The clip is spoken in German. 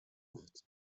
macht